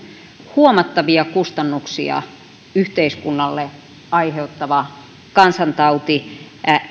huomattavia kustannuksia yhteiskunnalle aiheuttava kansantauti